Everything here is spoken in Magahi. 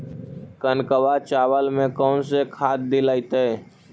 कनकवा चावल में कौन से खाद दिलाइतै?